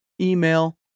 email